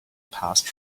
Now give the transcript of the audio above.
passed